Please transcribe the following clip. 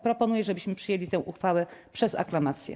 Proponuję, żebyśmy przyjęli tę uchwałę przez aklamację.